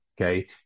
okay